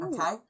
Okay